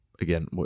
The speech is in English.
Again